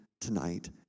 tonight